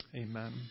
Amen